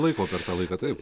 laiko per tą laiką taip